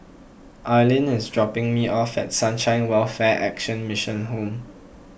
Arlyn is dropping me off at Sunshine Welfare Action Mission Home